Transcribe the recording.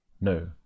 No